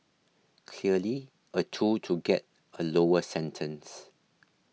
clearly a tool to get a lower sentence